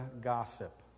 gossip